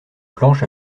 planche